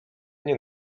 nie